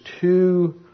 two